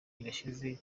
irashize